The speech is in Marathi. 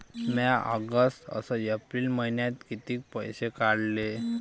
म्या ऑगस्ट अस एप्रिल मइन्यात कितीक पैसे काढले?